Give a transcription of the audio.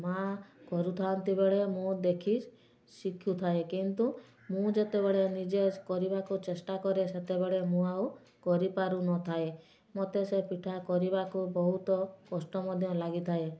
ମାଆ କରୁଥାନ୍ତି ବେଳେ ମୁଁ ଦେଖି ଶିଖୁଥାଏ କିନ୍ତୁ ମୁଁ ଯେତେବେଳେ ନିଜେ କରିବାକୁ ଚେଷ୍ଟା କରେ ସେତେବେଳେ ମୁଁ ଆଉ କରିପାରୁ ନଥାଏ ମୋତେ ସେ ପିଠା କରିବାକୁ ବହୁତ କଷ୍ଟ ମଧ୍ୟ ଲାଗିଥାଏ